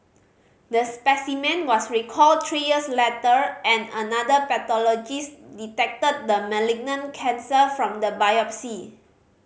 the specimen was recalled three years letter and another pathologist detected the malignant cancer from the biopsy